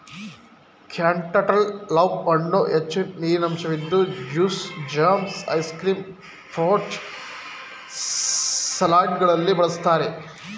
cantaloupe ಹಣ್ಣು ಹೆಚ್ಚು ನೀರಿನಂಶವಿದ್ದು juice, jam, ice cream, fruit ಸಲಾಡ್ಗಳಲ್ಲಿ ಬಳ್ಸತ್ತರೆ